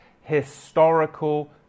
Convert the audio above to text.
historical